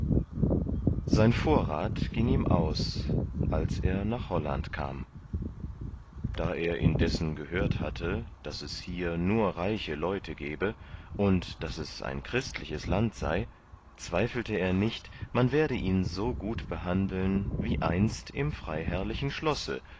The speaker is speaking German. sein vorrath ging ihm aus als er nach holland kam da er indessen gehört hatte daß es hier nur reiche leute gebe und daß es ein christliches land sei zweifelte er nicht man werde ihn so gut behandeln wie einst im freiherrlichen schlosse